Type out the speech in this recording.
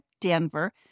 Denver